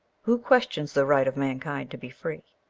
who questions the right of mankind to be free?